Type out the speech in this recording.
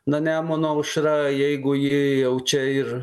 na nemuno aušra jeigu ji jau čia ir